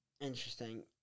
Interesting